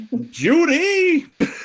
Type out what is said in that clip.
Judy